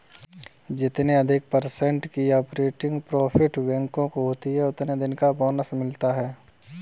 जितने अधिक पर्सेन्ट की ऑपरेटिंग प्रॉफिट बैंकों को होती हैं उतने दिन का बोनस मिलता हैं